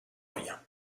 rien